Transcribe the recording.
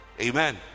amen